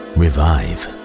revive